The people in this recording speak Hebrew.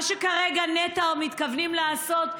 מה שכרגע נת"ע מתכוונים לעשות,